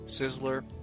Sizzler